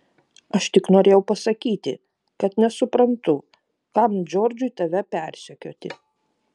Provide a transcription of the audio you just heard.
aš tik norėjau pasakyti kad nesuprantu kam džordžui tave persekioti